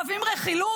ובמיוחד, אוהבים רכילות?